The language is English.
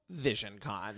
VisionCon